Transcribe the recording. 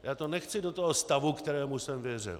Já to nechci do toho stavu, kterému jsem věřil.